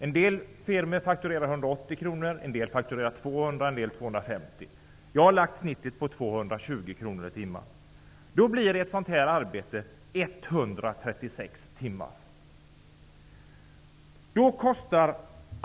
En del firmor fakturerar 180 kr, en del 200 kr och ytterligare en del 250 kr. Jag har lagt genomsnittet vid 220 kr per timme. Då blir tiden för ett sådant här arbete 136 timmar.